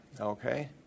Okay